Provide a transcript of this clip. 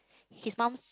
his mom